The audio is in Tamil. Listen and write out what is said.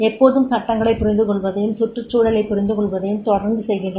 எப்போதும் சட்டங்களைப் புரிந்துகொள்வதையும் சுற்றுச்சூழலைப் புரிந்துகொள்வதையும் தொடந்து செய்கின்றன